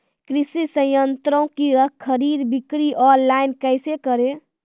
कृषि संयंत्रों की खरीद बिक्री ऑनलाइन कैसे करे?